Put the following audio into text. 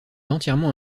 entièrement